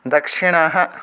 दक्षिणः